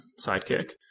sidekick